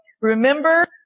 remember